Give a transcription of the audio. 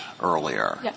earlier